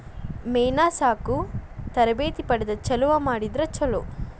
ಮೇನಾ ಸಾಕು ತರಬೇತಿ ಪಡದ ಚಲುವ ಮಾಡಿದ್ರ ಚುಲೊ